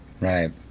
right